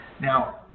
Now